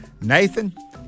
Nathan